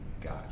God